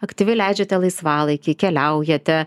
aktyvi leidžiate laisvalaikį keliaujate